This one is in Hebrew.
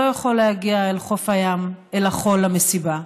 לא יכול להגיע אל חוף הים אל החול למסיבה,